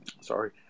sorry